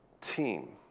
team